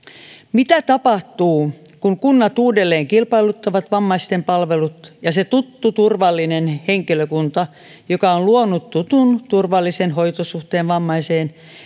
mitä tapahtuu kun kunnat uudelleen kilpailuttavat vammaisten palvelut ja se tuttu turvallinen henkilökunta joka on luonut tutun turvallisen hoitosuhteen vammaiseen